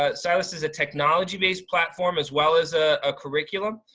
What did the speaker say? ah silas is a technology based platform as well as ah a curriculum,